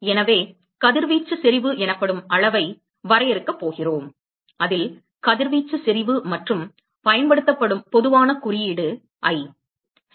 எனவே கதிர்வீச்சு செறிவு எனப்படும் அளவை வரையறுக்கப் போகிறோம் அதில் கதிர்வீச்சு செறிவு மற்றும் பயன்படுத்தப்படும் பொதுவான குறியீடு I சரி